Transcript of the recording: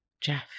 Jeff